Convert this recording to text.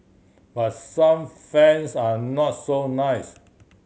but some fans are not so nice